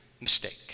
mistake